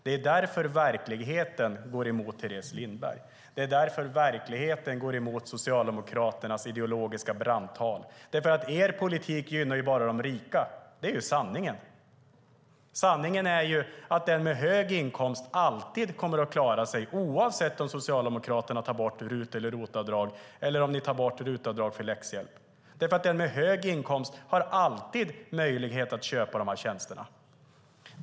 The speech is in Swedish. Därför går verkligheten emot Teres Lindberg och Socialdemokraternas ideologiska brandtal. Sanningen är att er politik bara gynnar de rika. Sanningen är att den med hög inkomst alltid kommer att klara sig oavsett om Socialdemokraterna tar bort RUT eller ROT-avdrag, eller om ni tar bort RUT-avdrag för läxhjälp. Den med hög inkomst har alltid möjlighet att köpa tjänsterna. Herr talman!